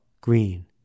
green